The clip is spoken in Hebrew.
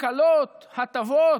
הקלות, הטבות